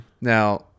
Now